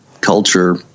culture